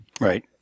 right